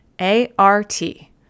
A-R-T